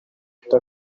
mfate